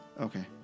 Okay